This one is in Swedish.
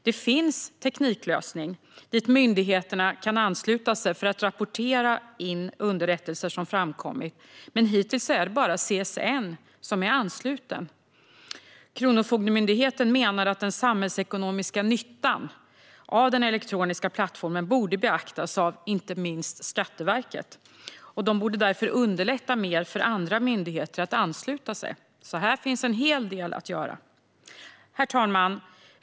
Det finns en tekniklösning dit myndigheter kan ansluta sig för att rapportera in underrättelser som framkommit, men hittills är det bara CSN som är ansluten. Kronofogdemyndigheten menar att den samhällsekonomiska nyttan av den elektroniska plattformen borde beaktas av inte minst Skatteverket. Det borde därför underlätta mer för andra myndigheter att ansluta sig. Här finns en hel del att göra. Herr talman!